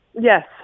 Yes